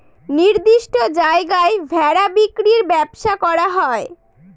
নির্দিষ্ট জায়গায় ভেড়া বিক্রির ব্যবসা করা হয়